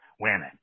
women